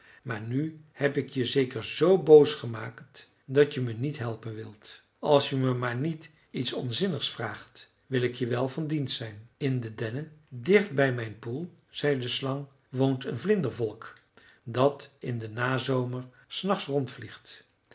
maar nu heb ik je zeker zoo boos gemaakt dat je me niet helpen wilt als je me maar niet iets onzinnigs vraagt wil ik je wel van dienst zijn in de dennen dicht bij mijn poel zei de slang woont een vlindervolk dat in den nazomer s nachts